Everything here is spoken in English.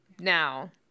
Now